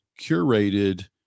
curated